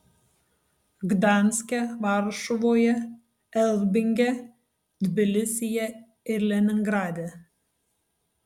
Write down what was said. gdanske varšuvoje elbinge tbilisyje ir leningrade